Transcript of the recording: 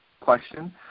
question